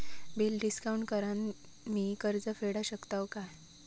Bill discount करान मी कर्ज फेडा शकताय काय?